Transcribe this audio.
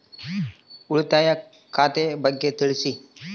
ಉಳಿತಾಯ ಖಾತೆ ಬಗ್ಗೆ ತಿಳಿಸಿ?